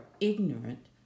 ignorant